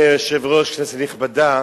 אדוני היושב-ראש, כנסת נכבדה,